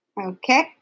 Okay